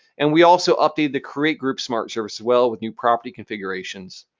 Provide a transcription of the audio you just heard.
and we also updated the create group smart service as well with new property configurations.